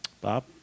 Bob